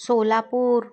Solapur